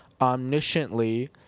omnisciently